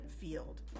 field